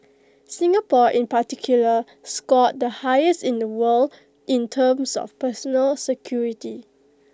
Singapore in particular scored the highest in the world in terms of personal security